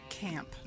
Camp